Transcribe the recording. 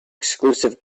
exclusive